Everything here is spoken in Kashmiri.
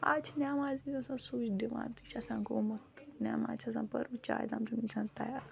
اَز چھِ نمٮ۪ازِ وِز اِنسان سُچ دِوان تہٕ یہِ چھِ آسان گوٚمُت نٮ۪ماز چھےٚ آسان پٔرمٕژ چاے دام چیوٚمُت یہِ چھِ آسان تیار